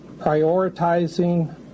prioritizing